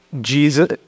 Jesus